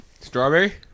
Strawberry